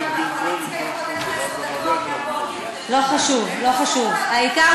תדעי לך שהסיעה והקואליציה, עשר דקות מהפודיום.